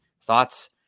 thoughts